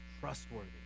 trustworthy